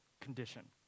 condition